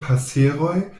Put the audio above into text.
paseroj